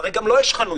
הרי גם לו יש חנויות.